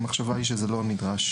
המחשבה היא שזה לא נדרש.